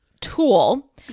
tool